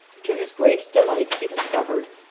to his great delight he discovered,